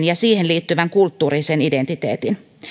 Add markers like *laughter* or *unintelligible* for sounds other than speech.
*unintelligible* ja siihen liittyvän kulttuurisen identiteetin